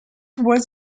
was